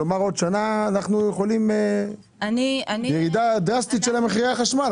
כלומר, בעוד שנה ירידה דרסטית של מחירי החשמל.